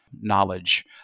knowledge